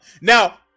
Now